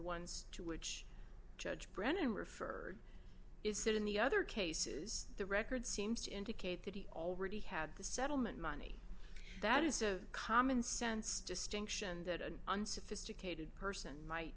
ones to which judge brennan referred is that in the other cases the record seems to indicate that he already had the settlement money that is a commonsense distinction that an unsophisticated person might